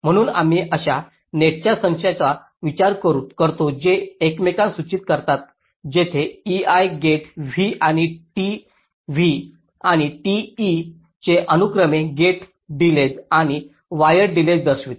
तर म्हणून आम्ही अशा नेट च्या संचाचा विचार करतो जे एकमेकास सूचित करतात जेथे ei गेट v आणि t v आणि t e चे अनुक्रमे गेट डिलेज आणि वायर डिलेज दर्शवते